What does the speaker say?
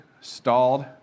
stalled